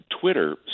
Twitter